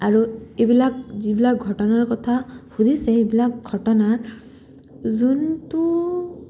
আৰু এইবিলাক যিবিলাক ঘটনাৰ কথা সুধিছে এইবিলাক ঘটনাৰ যোনটো